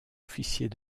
officier